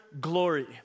glory